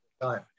time